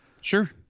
Sure